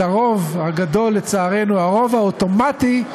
את הרוב הגדול, לצערנו, הרוב האוטומטי,